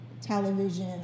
television